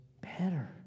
better